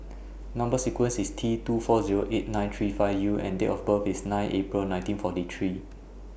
Number sequence IS T two four Zero eight nine three five U and Date of birth IS nine April nineteen forty three